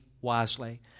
wisely